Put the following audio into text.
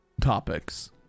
topics